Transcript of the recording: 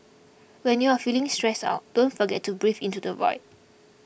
when you are feeling stressed out don't forget to breathe into the void